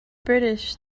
british